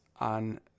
on